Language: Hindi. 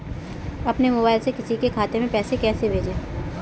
अपने मोबाइल से किसी के खाते में पैसे कैसे भेजें?